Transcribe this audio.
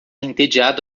entediado